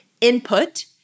input